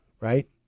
right